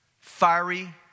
fiery